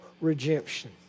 redemption